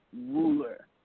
Ruler